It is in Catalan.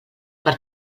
per